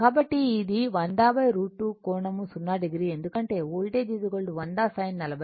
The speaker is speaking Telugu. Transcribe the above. కాబట్టి ఇది 100 √2 కోణం 0 o ఎందుకంటే వోల్టేజ్ 100 sin 40 t